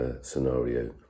scenario